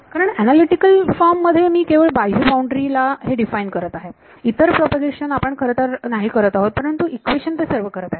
कारण analytical form मध्ये मी केवळ बाह्य बाउंड्री ला हे डिफाइन करत आहे इतर प्रपोगेशन आपण खरं तर नाही करत आहोत परंतु इक्वेशन ते सर्व करत आहेत